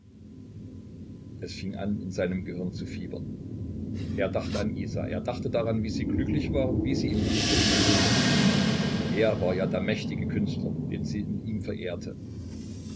es fing an in seinem gehirn zu fiebern er dachte an isa er dachte daran wie sie glücklich waren wie sie ihn liebte und bewunderte er war ja der mächtige künstler den sie in ihm verehrte